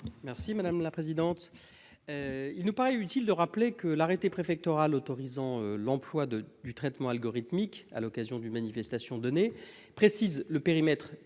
Merci madame la présidente. Il nous paraît utile de rappeler que l'arrêté préfectoral autorisant l'emploi de du traitement algorithmique. À l'occasion d'une manifestation donnée précise le périmètre